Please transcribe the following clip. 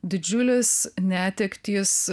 didžiulės netektys